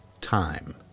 time